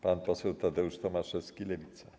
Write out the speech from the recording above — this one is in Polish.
Pan poseł Tadeusz Tomaszewski, Lewica.